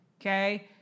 Okay